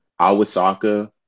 Awasaka